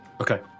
okay